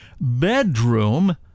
bedroom